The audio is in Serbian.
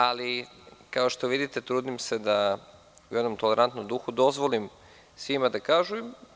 Ali, kao što vidite, trudim se da u jednom tolerantnom duhu dozvolim svima da kažu.